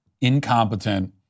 incompetent